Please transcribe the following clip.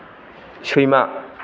सैमा